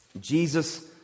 Jesus